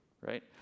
Right